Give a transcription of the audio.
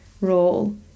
role